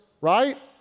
Right